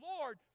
Lord